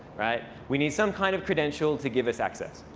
we need some kind of credential to give us access.